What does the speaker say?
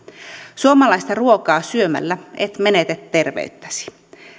suomalaista ruokaa syömällä et menetä terveyttäsi